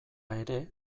ere